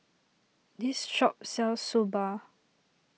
this shop sells Soba